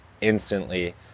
instantly